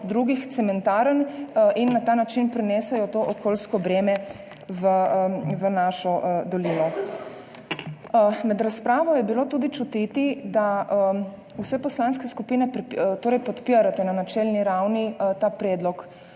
drugih cementarn, in na ta način prinesejo to okoljsko breme v našo dolino. Med razpravo je bilo tudi čutiti, da vse poslanske skupine torej podpirate na načelni ravni ta predlog.